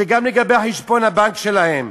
וזה גם לגבי חשבון הבנק שלהם.